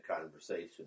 conversation